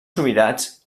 subirats